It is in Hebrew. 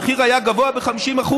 המחיר היה גבוה ב-50%.